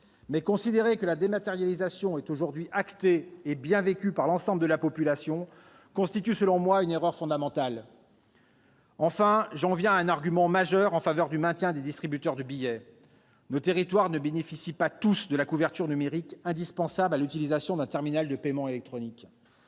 Mais considérer que la dématérialisation est aujourd'hui actée et bien vécue par l'ensemble de la population constitue, selon moi, une erreur fondamentale. Enfin, j'en viens à un argument majeur en faveur du maintien des distributeurs de billets : nos territoires ne bénéficient pas tous de la couverture numérique indispensable à l'utilisation d'un terminal de paiement électronique.